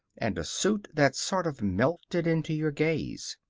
and a suit that sort of melted into your gaze.